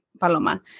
Paloma